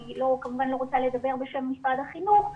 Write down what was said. אני כמובן לא רוצה לדבר בשם משרד החינוך,